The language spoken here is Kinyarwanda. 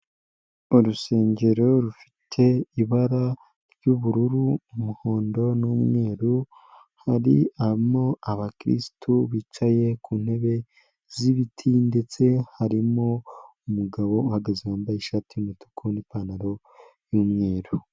Urusengero rufite ibara ry'ubururu, umuhondo n'umweru harimo abakirisitu bicaye ku ntebe z'ibiti ndetse harimo umugabo uhagaze wambaye ishati y'umutuku n'ipantaro y'umweru.